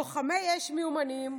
לוחמי אש מיומנים,